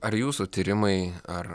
ar jūsų tyrimai ar